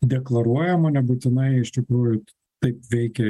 deklaruojama nebūtinai iš tikrųjų taip veikia